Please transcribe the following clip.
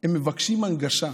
הם מבקשים הנגשה,